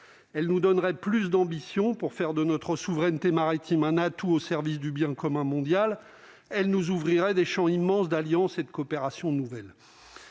elle nous donnerait plus d'ambition pour faire de notre souveraineté maritime : un atout au service du bien commun mondial, elle nous ouvrirait des champs immenses d'alliance et de coopération nouvelle